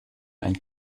ein